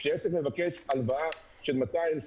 כשעסק מבקש הלוואה של 200,000,